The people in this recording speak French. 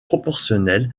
proportionnel